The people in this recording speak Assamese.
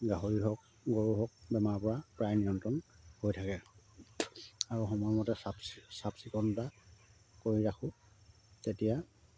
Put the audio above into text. গাহৰি হওক গৰু হওক বেমাৰৰ পৰা প্ৰায় নিয়ন্ত্ৰণ হৈ থাকে আৰু সময়মতে চাফ চাফ চিকুণতা কৰি ৰাখোঁ তেতিয়া